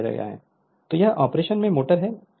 तो यह ऑपरेशन में मोटर है और यह आर्मेचर है